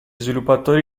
sviluppatori